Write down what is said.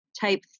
type